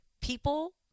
People